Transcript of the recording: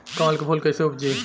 कमल के फूल कईसे उपजी?